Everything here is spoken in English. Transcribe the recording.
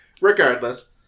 regardless